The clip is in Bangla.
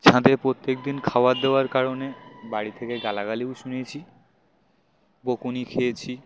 ছাদে প্রত্যেকদিন খাাবার দেওয়ার কারণে বাড়ি থেকে গালাগালিও শুনেছি বকুনি খেয়েছি